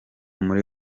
muri